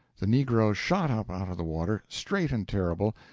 the negro shot up out of the water, straight and terrible,